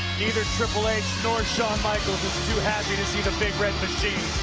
neither triple h nor shawn michaels is too happy to see the big red machine.